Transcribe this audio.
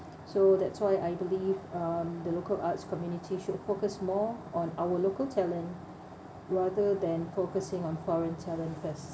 so that's why I believe um the local arts community should focus more on our local talent rather than focusing on foreign talent first